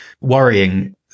worrying